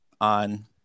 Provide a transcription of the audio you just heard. on